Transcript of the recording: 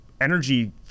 energy